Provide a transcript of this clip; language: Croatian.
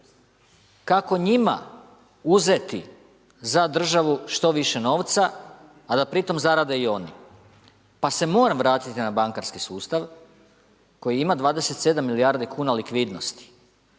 kako njima uzeti za državu što više novca, a da pri tom zarade i oni pa se moram vratit na bankarski sustav koji ima 27 milijardi kuna likvidnosti.